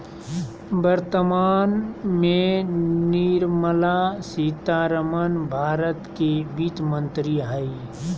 वर्तमान में निर्मला सीतारमण भारत के वित्त मंत्री हइ